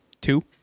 Two